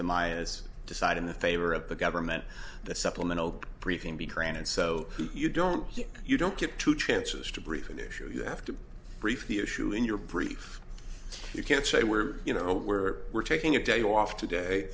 as decide in the favor of the government the supplemental briefing be granted so you don't you don't get two chances to brief an issue you have to brief the issue in your brief you can't say we're you know where we're taking a day off today